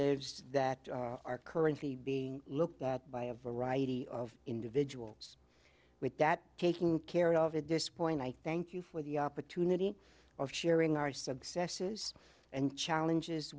es that are currently being looked at by a variety of individuals with that taking care of at this point i thank you for the opportunity of sharing our successes and challenges